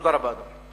תודה רבה, אדוני.